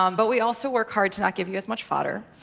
um but we also work hard to not give you as much fodder.